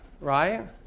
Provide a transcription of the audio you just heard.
right